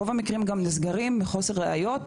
רוב המקרים גם נסגרים מחוסר ראיות,